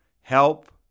help